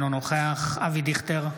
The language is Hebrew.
אינו נוכח אבי דיכטר,